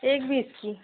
एक बीस की